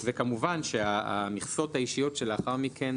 כמובן שהמכסות האישיות שלאחר מכן,